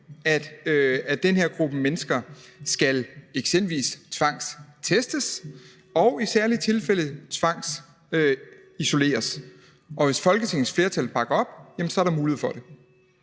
at den her gruppe mennesker eksempelvis skal tvangstestes og i særlige tilfælde tvangsisoleres, og hvis Folketingets flertal bakker op, er der mulighed for det.